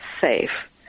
safe